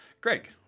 Greg